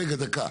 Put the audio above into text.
רגע, דקה.